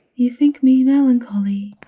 you think me melancholy,